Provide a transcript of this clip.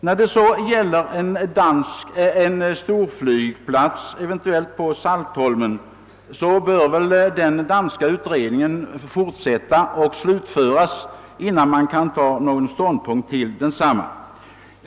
När det sedan gäller frågan om det eventuella förläggandet av en storflygplats till Saltholm bör den danska utredningen slutföras innan man kan ta någon ståndpunkt.